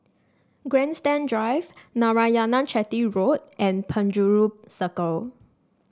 Grandstand Drive Narayanan Chetty Road and Penjuru Circle